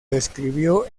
describió